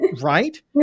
Right